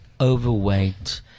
overweight